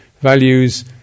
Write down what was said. Values